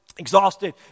exhausted